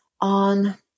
on